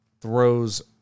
throws